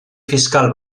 fiscal